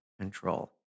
control